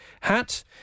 hat